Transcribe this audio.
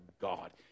God